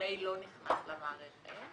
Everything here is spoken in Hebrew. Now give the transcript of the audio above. המייל לא נכנס למערכת,